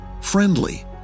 friendly